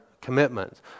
commitments